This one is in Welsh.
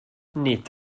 nid